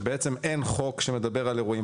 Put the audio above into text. שבעצם אין חוק שמדבר על אירועים.